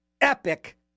epic